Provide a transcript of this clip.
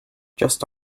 just